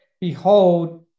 Behold